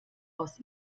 aus